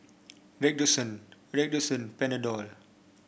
Redoxon Redoxon Panadol